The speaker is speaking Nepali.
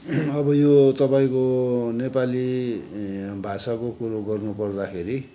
अब यो तपाईँको नेपाली भाषाको कुरो गर्नुपर्दाखेरि